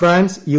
France U